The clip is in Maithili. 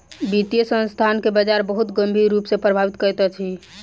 वित्तीय संस्थान के बजार बहुत गंभीर रूप सॅ प्रभावित करैत अछि